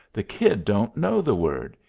the kid don't know the word.